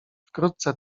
wkrótce